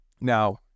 Now